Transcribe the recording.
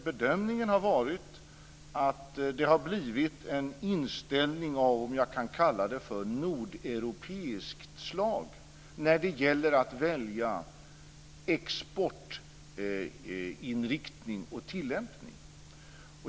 Bedömningen har varit att det har blivit en inställning av - om jag kan kalla det så - av nordeuropeiskt slag när det gäller att välja exportinriktning och tillämpning.